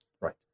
Right